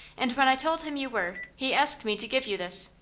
and when i told him you were he asked me to give you this.